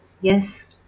Yes